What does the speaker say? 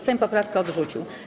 Sejm poprawkę odrzucił.